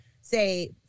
say